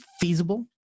feasible